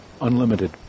unlimited